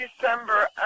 December